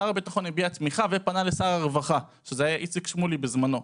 שר הביטחון הביע תמיכה ופנה לשר הרווחה שהיה בזמנו איציק שמולי.